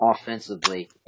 offensively